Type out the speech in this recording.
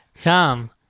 Tom